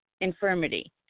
infirmity